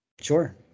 Sure